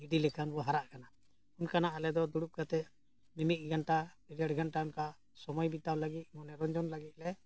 ᱤᱫᱤ ᱞᱮᱠᱟᱱ ᱵᱚ ᱦᱟᱨᱟᱜ ᱠᱟᱱᱟ ᱚᱱᱠᱟᱱᱟᱜ ᱟᱞᱮ ᱫᱚ ᱫᱩᱲᱩᱵ ᱠᱟᱛᱮᱫ ᱢᱤᱢᱤᱫ ᱜᱷᱚᱱᱴᱟ ᱰᱮᱲ ᱜᱷᱚᱱᱴᱟ ᱚᱱᱠᱟ ᱥᱚᱢᱚᱭ ᱵᱤᱛᱟᱹᱣ ᱞᱟᱹᱜᱤᱫ ᱢᱚᱱᱚᱨᱚᱱᱡᱚᱱ ᱞᱟᱹᱜᱤᱫ ᱞᱮ